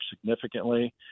significantly